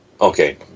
Okay